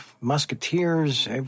musketeers